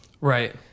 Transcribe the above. right